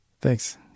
Thanks